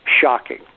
Shocking